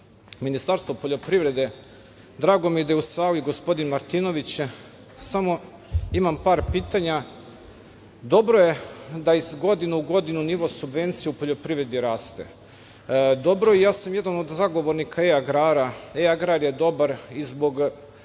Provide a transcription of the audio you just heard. Ministarstvo poljoprivrede, drago mi je da je u sali gospodin Martinović, samo imam par pitanja. Dobro je da iz godine u godinu nivo subvencija u poljoprivredi raste. Dobro je, i ja sam jedan od zagovornika e-agrara. Dakle, e-agrar je dobar i zbog